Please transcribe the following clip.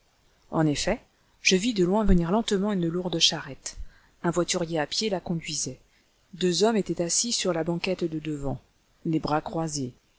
en effet je vis de loin venir lentement une lourde charrette un voiturier à pied la conduisait deux hommes étaient assis sur la banquette de devant les bras croisés